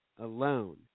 alone